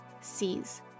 sees